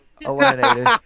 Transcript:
eliminated